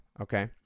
Okay